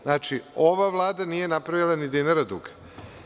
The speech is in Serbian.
Znači, ova Vlada nije napravila ni dinara duga.